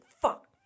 Fuck